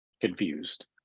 confused